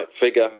figure